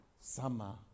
summer